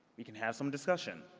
we can have some discussion.